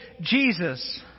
Jesus